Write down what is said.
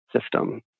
system